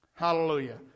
Hallelujah